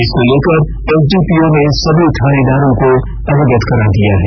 इसको लेकर एसडीपीओ ने सभी थानेदारों को अवगत करा दिया है